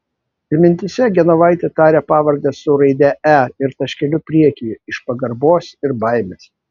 ir mintyse genovaitė taria pavardę su raide e ir taškeliu priekyje iš pagarbos ir baimės